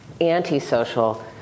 antisocial